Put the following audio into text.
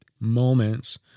moments